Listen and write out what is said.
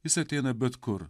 jis ateina bet kur